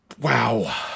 wow